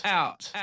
out